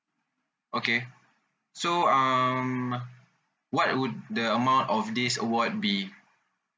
okay so um what would the amount of this award be